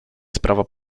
sprawa